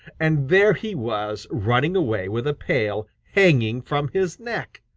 and there he was running away with a pail hanging from his neck!